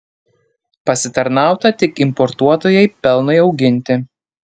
pasitarnauta tik importuotojai pelnui auginti